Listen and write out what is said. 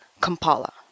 Kampala